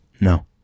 No